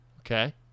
okay